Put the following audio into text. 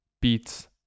beats